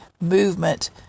movement